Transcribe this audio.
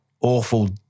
awful